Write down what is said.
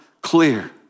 clear